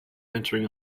entering